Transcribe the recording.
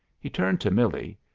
he turned to millie.